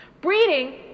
Breeding